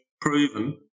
proven